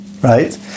right